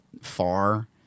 far